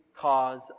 cause